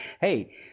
Hey